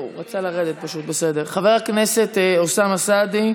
חבר הכנסת אוסאמה סעדי,